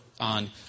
on